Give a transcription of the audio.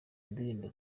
ndirimbo